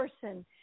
person